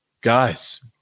Guys